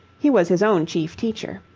he was his own chief teacher.